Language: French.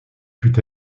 put